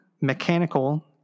mechanical